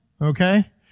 Okay